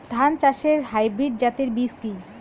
ধান চাষের হাইব্রিড জাতের বীজ কি?